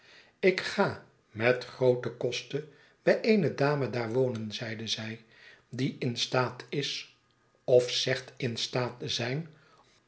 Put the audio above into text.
ik ga met groote kosten bij eene dame daar wonen zeide zij die in staatis of z egt in staat te z'yn